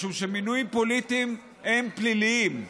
משום שמינויים פוליטיים הם פליליים.